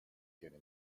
tiene